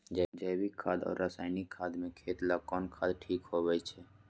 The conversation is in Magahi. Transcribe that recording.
जैविक खाद और रासायनिक खाद में खेत ला कौन खाद ठीक होवैछे?